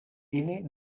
ili